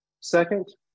Second